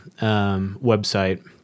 website